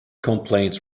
complaints